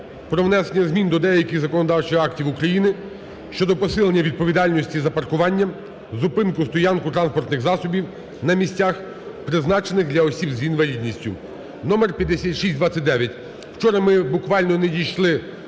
про внесення змін до деяких законодавчих актів України щодо посилення відповідальності за паркування, зупинку, стоянку транспортних засобів на місцях, призначених для осіб з інвалідністю (номер 5629). Вчора ми буквально не дійшли